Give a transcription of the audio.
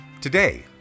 Today